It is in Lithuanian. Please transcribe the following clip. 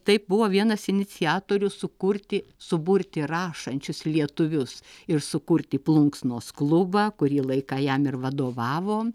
tai buvo vienas iniciatorių sukurti suburti rašančius lietuvius ir sukurti plunksnos klubą kurį laiką jam ir vadovavo